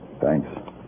Thanks